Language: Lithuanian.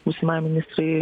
būsimai ministrei